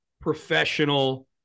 professional